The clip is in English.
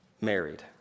married